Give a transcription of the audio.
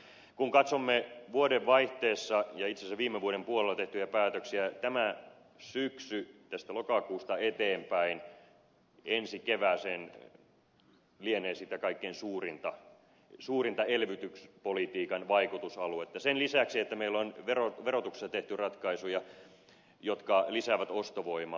kun katsomme vuodenvaihteessa ja itse asiassa viime vuoden puolella tehtyjä päätöksiä tämä syksy tästä lokakuusta eteenpäin ensi kevääseen lienee sitä kaikkein suurinta elvytyspolitiikan vaikutusaluetta sen lisäksi että meillä on verotuksessa tehty ratkaisuja jotka lisäävät ostovoimaa